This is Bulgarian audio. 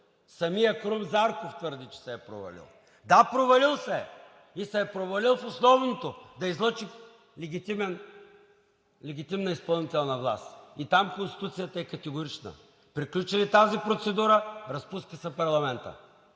Самият Крум Зарков твърди, че се е провалил! Да, провалил се е и се е провалил в основното – да излъчи легитимна изпълнителна власт. И Конституцията е категорична – приключи ли тази процедура, разпуска се парламентът.